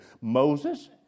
Moses